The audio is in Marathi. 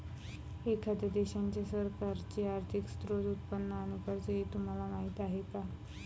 एखाद्या देशाच्या सरकारचे आर्थिक स्त्रोत, उत्पन्न आणि खर्च हे तुम्हाला माहीत आहे का